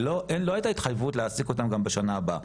לא הייתה התחייבות להעסיק אותה גם בשנת הלימודים הבאה.